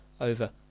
over